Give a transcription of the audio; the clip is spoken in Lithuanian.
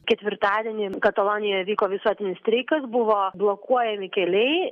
ketvirtadienį katalonijoje vyko visuotinis streikas buvo blokuojami keliai